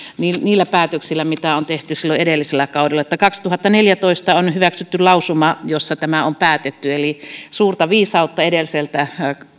niillä päätöksillä mitä on tehty silloin edellisellä kaudella kaksituhattaneljätoista on hyväksytty lausuma jossa tämä on päätetty eli suurta viisautta edelliseltä